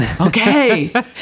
okay